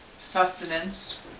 sustenance